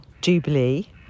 Jubilee